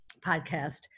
podcast